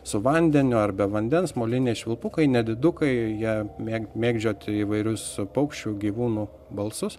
su vandeniu ar be vandens moliniai švilpukai nedidukai jie mėg mėgdžiot įvairius paukščių gyvūnų balsus